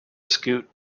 scoot